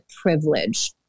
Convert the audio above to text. privilege